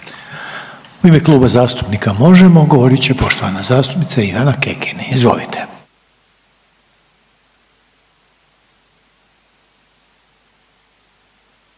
U ime Kluba zastupnika Možemo! govorit će poštovana zastupnica Ivana Kekin, izvolite.